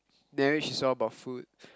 marriage is all about food